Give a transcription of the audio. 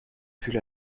pull